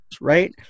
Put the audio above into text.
right